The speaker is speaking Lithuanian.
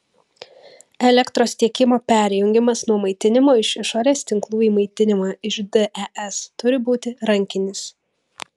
elektros tiekimo perjungimas nuo maitinimo iš išorės tinklų į maitinimą iš des turi būti rankinis